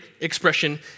expression